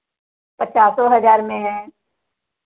पचासों हज़ार में है